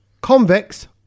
convex